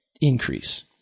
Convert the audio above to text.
increase